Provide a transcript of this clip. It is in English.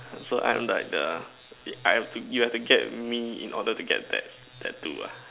so I'm like the I have to you have to get me in order to get that tattoo ah